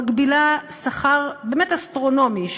מגבילה שכר באמת אסטרונומי,